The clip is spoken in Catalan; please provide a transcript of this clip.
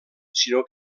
sinó